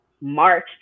March